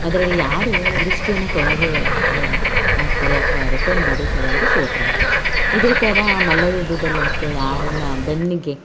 ಅದರಲ್ಲಿ ಯಾರು ದೃಷ್ಟಿಯನ್ನು ಕೆಳಗೆ ಇದು ಮಾಡ್ತಾರೆ ಅಥ್ವಾ ರೆಪ್ಪೆಯನ್ನು ಬಡಿತಾರೆ ಅವರು ಸೋತರಂತ ಇದೇ ಥರ ಮಲ್ಲಯುದ್ಧದಲ್ಲೂ ಅಷ್ಟೇ ಯಾರೆಲ್ಲ ಬೆನ್ನಿಗೆ